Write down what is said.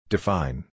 Define